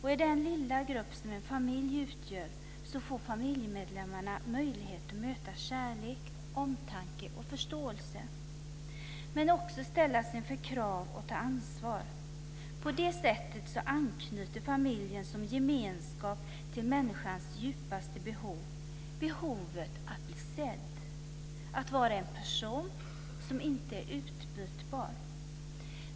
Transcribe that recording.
I den lilla grupp som en familj utgör får familjemedlemmarna möjlighet att möta kärlek, omtanke och förståelse men också ställas inför krav och ta ansvar. På det sättet anknyter familjen som gemenskap till människans djupaste behov - behovet av att bli sedd och att vara en person som inte är utbytbar.